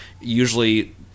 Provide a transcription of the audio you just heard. usually